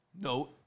note